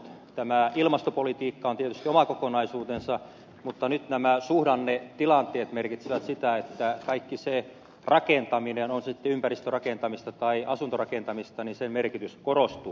tämä ilmastopolitiikka on tietysti oma kokonaisuutensa mutta nyt nämä suhdannetilanteet merkitsevät sitä että kaiken rakentamisen on se sitten ympäristörakentamista tai asuntorakentamista merkitys korostuu